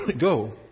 go